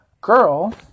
girl